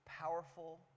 powerful